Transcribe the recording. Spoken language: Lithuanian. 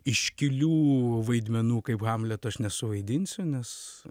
iškilių vaidmenų kaip hamletas aš nesuvaidinsiu nes